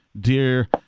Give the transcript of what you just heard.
dear